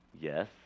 Yes